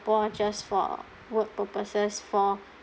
just for work purposes for